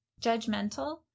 judgmental